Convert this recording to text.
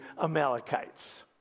Amalekites